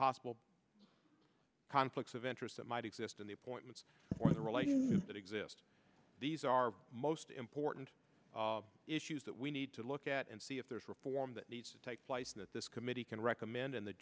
possible conflicts of interest that might exist in the appointments or the relating that exist these are most important issues that we need to look at and see if there's reform that needs to take place that this committee can recommend and the